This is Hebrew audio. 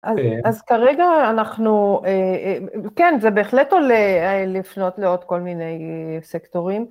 אז כרגע אנחנו, כן זה בהחלט עולה, לפנות לעוד כל מיני סקטורים.